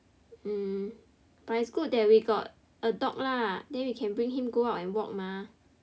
mm it's good that we got a dog lah then we can bring him go out and walk mah